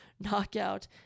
knockout